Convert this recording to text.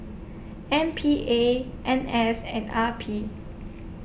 M P A N S and R P